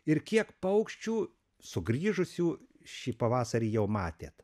ir kiek paukščių sugrįžusių šį pavasarį jau matėt